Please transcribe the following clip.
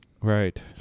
Right